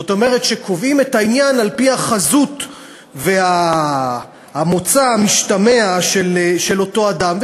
זאת אומרת שקובעים את העניין על-פי החזות והמוצא המשתמע של אותו אדם,